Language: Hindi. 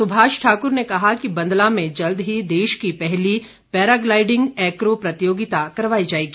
सुभाष ठाकुर ने कहा कि बंदला में जल्द ही देश की पहली पैराग्लाईडिंग एक्रो प्रतियोगिता करवाई जाएगी